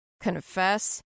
Confess